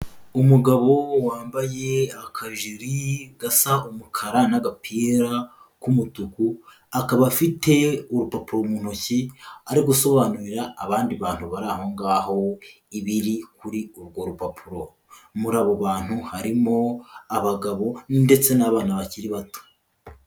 Umugabo wambaye akajiriegasa umukara n'agapira k'umutuku, akaba afite urupapuro mu ntoki ari gusobanurira abandi bantu bari ahongaho ibiri kuri urwo rupapuro. Muri abo bantu harimo abagabo ndetse n'abana bakiri bato.